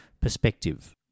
perspective